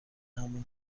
همان